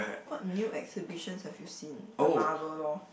what new exhibitions have you seen the Marvel lor